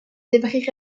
débris